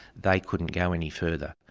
they couldn't go any further.